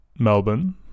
melbourne